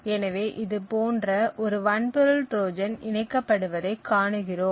எனவே இது போன்ற ஒரு வன்பொருள் ட்ரோஜன் இணைக்கபடுவதை காணுகிறோம்